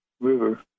River